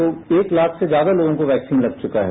तो एक लाख से ज्यादा लोगों को वैक्सीन लग चुका है